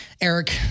Eric